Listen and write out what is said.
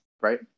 Right